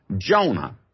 Jonah